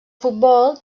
futbol